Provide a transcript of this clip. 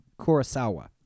kurosawa